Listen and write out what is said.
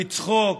לצחוק?